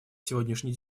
сегодняшней